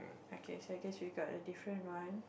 okay so I guess we got a different one